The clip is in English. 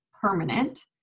permanent